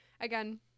again